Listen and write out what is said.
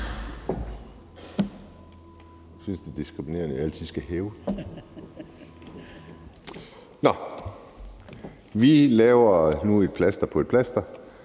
Jeg synes, det er diskriminerende, at jeg altid skal hæve bordet heroppe. Nå, vi sætter nu et plaster på et plaster.